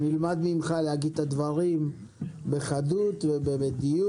שנלמד ממך להגיד את הדברים בחדות ובדיוק.